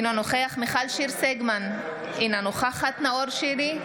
אינו נוכח מיכל שיר סגמן, אינה נוכחת נאור שירי,